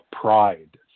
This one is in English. pride